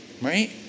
Right